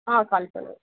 ஆ call பண்ணுங்க